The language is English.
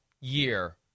year